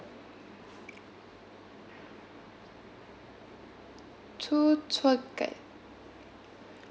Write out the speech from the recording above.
two tour guide